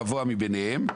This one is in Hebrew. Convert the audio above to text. הגבוה מביניהם".